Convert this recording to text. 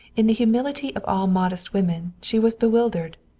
in the humility of all modest women she was bewildered.